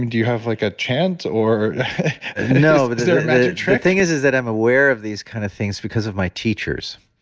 and do you have like a chant or you know but so thing is is that i'm aware of these kinds of things because of my teachers.